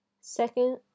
Second